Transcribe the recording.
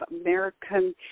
American